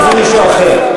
מחר זה מישהו אחר.